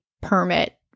permit